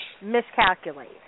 miscalculate